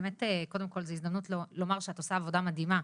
באמת קודם כל זו הזדמנות לומר שאת עושה עבודה מדהימה,